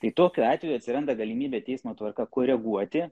tai tokiu atveju atsiranda galimybė teismo tvarka koreguoti